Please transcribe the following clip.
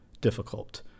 difficult